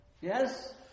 Yes